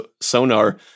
Sonar